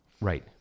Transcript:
Right